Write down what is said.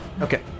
Okay